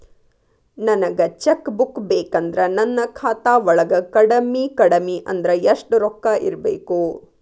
ನನಗ cheque book ಬೇಕಂದ್ರ ನನ್ನ ಖಾತಾ ವಳಗ ಕಡಮಿ ಕಡಮಿ ಅಂದ್ರ ಯೆಷ್ಟ್ ರೊಕ್ಕ ಇರ್ಬೆಕು?